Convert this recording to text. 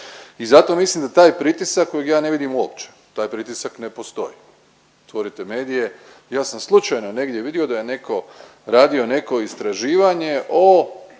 I zato mislim da taj pritisak kojeg ja ne vidim uopće, taj pritisak ne postoji, otvorite medije ja sam slučajno negdje vidio da je neko radio neko istraživanje o